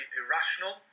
irrational